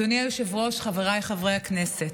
אדוני היושב-ראש, חבריי חברי הכנסת,